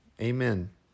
Amen